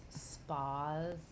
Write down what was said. spas